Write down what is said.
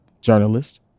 journalist